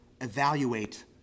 evaluate